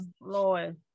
lord